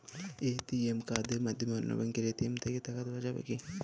ATM কার্ডের মাধ্যমে অন্য ব্যাঙ্কের এ.টি.এম থেকে টাকা তোলা যাবে কি?